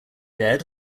dead